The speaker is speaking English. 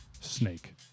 snake